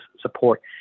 support